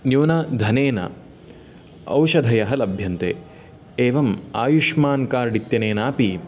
न्यूनधनेन औषधयः लभ्यन्ते एवम् आयुष्मान् कार्ड् इत्यनेनापि